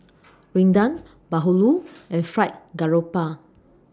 Rendang Bahulu and Fried Garoupa